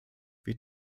wir